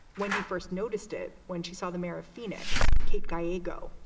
wendy first noticed it when she saw the mayor of phoenix, kate grego,